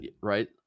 right